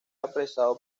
apresado